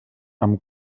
amb